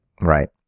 Right